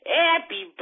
happy